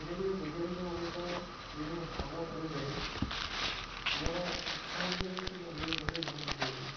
ଧୀରେ ଧୀରେ ବୈଜ୍ଞାନିକ ମାନଙ୍କର ବିଭିନ୍ନ ମତାମତ ଅନୁଯାୟୀ ଆମର ଇଚ୍ଛା ମଧ୍ୟ ହେଉଛି ଯେ ଅନ୍ୟ ଗ୍ରହରେ ଜୀବନ ଅଛି ବୋଲି